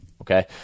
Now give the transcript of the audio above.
okay